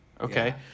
Okay